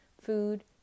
food